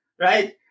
right